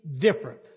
different